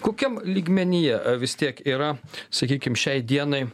kokiam lygmenyje vis tiek yra sakykim šiai dienai